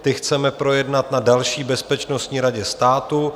Ty chceme projednat na další bezpečnostní radě státu.